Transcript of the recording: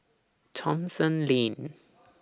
Thomson Lane